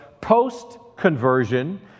post-conversion